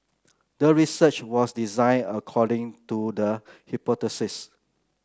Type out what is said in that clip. the research was designed according to the hypothesis